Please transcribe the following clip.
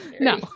No